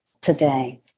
today